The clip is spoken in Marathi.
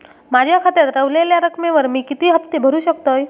माझ्या खात्यात रव्हलेल्या रकमेवर मी किती हफ्ते भरू शकतय?